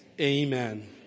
Amen